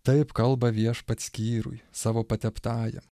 taip kalba viešpats kyrui savo pateptajam